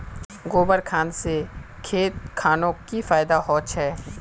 गोबर खान से खेत खानोक की फायदा होछै?